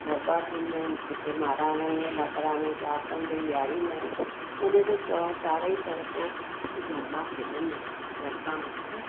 गरबा थींदा आहिनि हुते महाराणी माताराणीअ खे आसन ते विहारींदा आहिनि हुनजे चवा चारई तरफ़ गरबा खेॾंदा आहिनि गरबा मतिलबु